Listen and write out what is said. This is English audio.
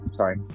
Sorry